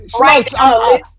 right